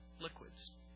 liquids